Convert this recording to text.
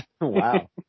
Wow